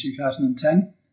2010